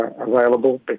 available